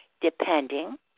depending